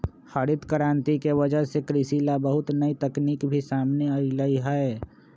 हरित करांति के वजह से कृषि ला बहुत नई तकनीक भी सामने अईलय है